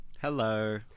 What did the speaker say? Hello